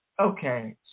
Okay